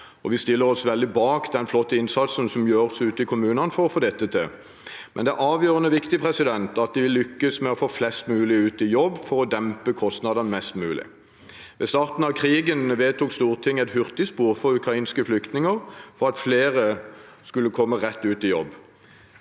Vi stiller oss veldig bak den flotte innsatsen som gjøres ute i kommunene for å få dette til, men det er avgjørende viktig at vi lykkes med å få flest mulig ut i jobb for å dempe kostnadene mest mulig. Ved starten av krigen vedtok Stortinget et hurtigspor for ukrainske flyktninger for at flere skulle komme rett ut i jobb.